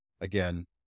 Again